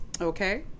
Okay